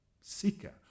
seeker